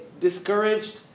discouraged